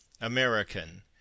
American